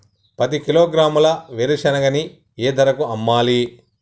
పది కిలోగ్రాముల వేరుశనగని ఏ ధరకు అమ్మాలి?